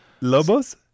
Lobos